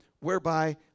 whereby